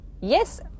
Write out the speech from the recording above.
Yes